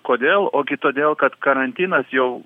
kodėl ogi todėl kad karantinas jau